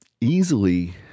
easily